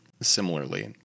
Similarly